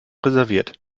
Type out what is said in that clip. reserviert